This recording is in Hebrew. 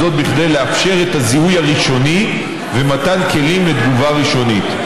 וזאת כדי לאפשר את הזיהוי הראשוני ומתן כלים לתגובה ראשונית.